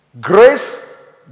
Grace